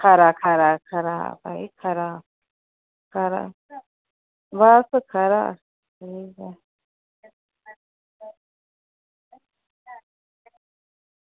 खरा खरा खरा भई खरा खरा बस खरा